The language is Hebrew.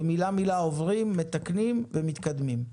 ומילה מילה עוברים, מתקנים ומתקדמים.